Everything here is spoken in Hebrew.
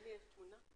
תודה שהצטרפת אלינו.